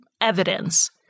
evidence